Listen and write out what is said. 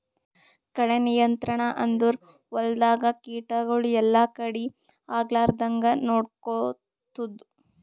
ಕಳೆ ನಿಯಂತ್ರಣ ಅಂದುರ್ ಹೊಲ್ದಾಗ ಕೀಟಗೊಳ್ ಎಲ್ಲಾ ಕಡಿ ಆಗ್ಲಾರ್ದಂಗ್ ನೊಡ್ಕೊತ್ತುದ್